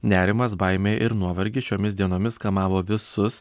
nerimas baimė ir nuovargis šiomis dienomis kamavo visus